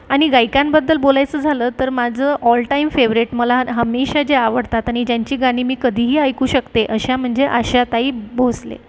आणि गायिकांबद्दल बोलायचं झालं तर माझं ऑलटाईम फेवरेट मला हमेशा जे आवडतात आणि ज्यांची गाणी मी कधीही ऐकू शकते अशा म्हणजे आशाताई भोसले